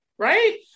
right